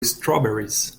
strawberries